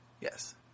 Yes